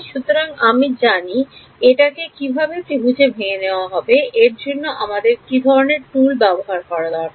সুতরাং আমি জানি এটা কে কিভাবে ত্রিভুজের ভেঙে নেওয়া হবে এর জন্য আমার কি ধরনের টুল ব্যবহার করা দরকার